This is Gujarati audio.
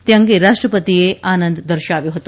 તે અંગે રાષ્ટ્રપતિએ આનંદ દર્શાવ્યો હતો